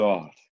God